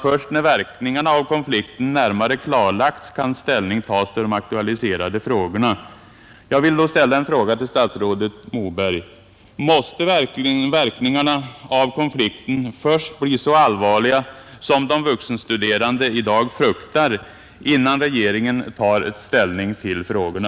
Först när verkningarna av konflikten närmare klarlagts kan ställning tas till de aktualiserade frågorna.» Jag vill då fråga statsrådet Moberg: Måste verkningarna av konflikten först bli så allvarliga som de vuxenstuderande i dag fruktar, innan regeringen tar ställning till frågorna?